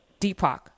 Deepak